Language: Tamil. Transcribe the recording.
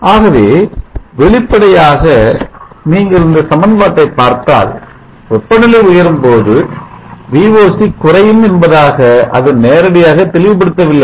ஆகவே வெளிப்படையாக நீங்கள் இந்த சமன்பாட்டை பார்த்தால் வெப்பநிலை உயரும் பொழுது Voc குறையும் என்பதாக அது நேரடியாக தெளிவுபடுத்தவில்லை